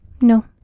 No